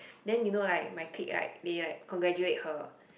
then you know like my clip right they like congratulate her